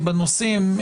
בנושאים.